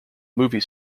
movie